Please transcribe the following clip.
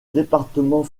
département